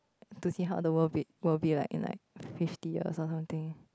to see how the world be would be would be like in like fifty year or something